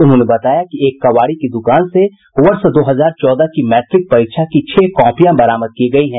उन्होंने बताया कि एक कबाड़ी की दुकान से वर्ष दो हजार चौदह की मैट्रिक परीक्षा की छह कॉपियां बरामद की गयी है